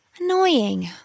Annoying